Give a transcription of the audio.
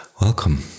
Welcome